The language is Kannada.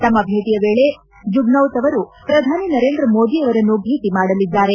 ತಮ್ಮ ಭೇಟಿಯ ವೇಳೆ ಜುಗ್ನೌತ್ ಅವರು ಪ್ರಧಾನಿ ನರೇಂದ್ರ ಮೋದಿ ಅವರನ್ನು ಭೇಟಿ ಮಾಡಲಿದ್ದಾರೆ